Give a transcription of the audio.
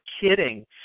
kidding